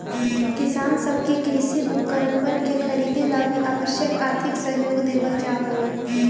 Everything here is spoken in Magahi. किसान सब के कृषि उपकरणवन के खरीदे ला भी आवश्यक आर्थिक सहयोग देवल जाहई